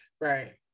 Right